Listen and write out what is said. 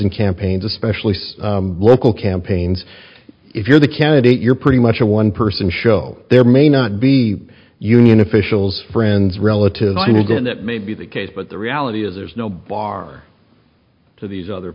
in campaigns especially some local campaigns if you're the candidate you're pretty much a one person show there may not be union officials friends relatives and again that may be the case but the reality is there's no bar to these other